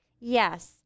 Yes